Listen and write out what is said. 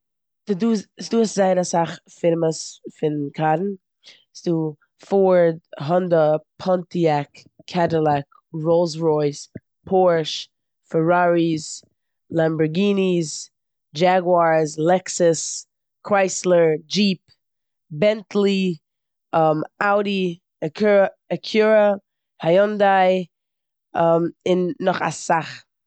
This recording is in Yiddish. דא- ס'דא זייער אסאך פירמעס פון קארן. ס'דא פארד, האנדא, פאנטיעק, קעדילעק רולס ראוס, פארש, פעראריס, לעמבארגיניס, דשעגוער, לעקסוס, קרייסלער, דשיפ, בענטלי אודי, עק- עקורא, היונדיי, און נאך אסאך.